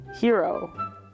hero